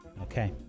okay